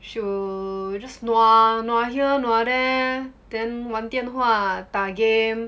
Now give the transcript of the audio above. so you just nua nua here nua there then 玩电话打 game